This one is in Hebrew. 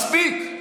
מספיק.